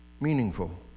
meaningful